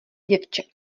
děvče